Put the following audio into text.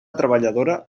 treballadora